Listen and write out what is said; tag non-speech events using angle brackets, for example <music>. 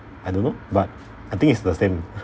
I don't know but I think it's the same <laughs>